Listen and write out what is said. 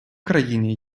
країні